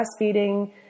breastfeeding